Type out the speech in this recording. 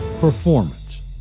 performance